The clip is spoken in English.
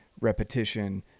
repetition